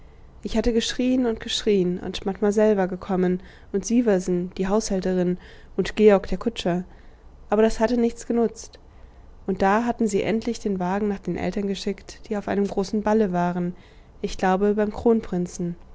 ich hatte geschrieen und geschrieen und mademoiselle war gekommen und sieversen die haushälterin und georg der kutscher aber das hatte nichts genutzt und da hatten sie endlich den wagen nach den eltern geschickt die auf einem großen balle waren ich glaube beim kronprinzen